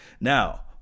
Now